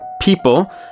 people